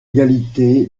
égalité